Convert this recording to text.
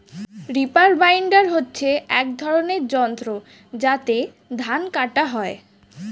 reaper binder হচ্ছে এক ধরনের যন্ত্র যাতে ধান কাটা হয়